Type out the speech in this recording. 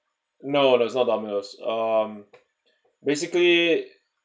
no no it's not domino's um basically